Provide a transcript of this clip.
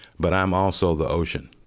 but i'm also the ocean.